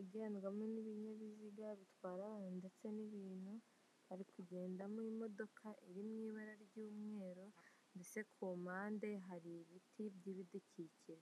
ugendwamo n'ibinyabiziga bitwara abantu ndetse n'ibintu ari kugendamo imodoka iri mu ibara ry'umweru, ndetse ku mpande hari ibiti by'ibidukikije.